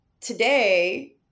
today